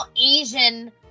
Asian